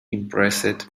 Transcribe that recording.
impressed